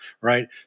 right